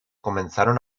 comenzaron